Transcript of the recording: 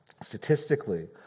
statistically